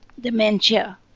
dementia